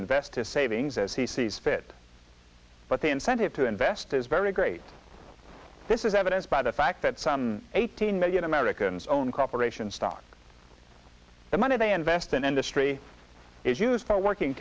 invest his savings as he sees fit but the incentive to invest is very great this is evidenced by the fact that some eighteen million americans own corporations stock the money they invest in industry is used for working